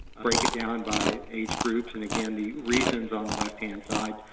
break it down by age groups and, again, the reasons on the left-hand side.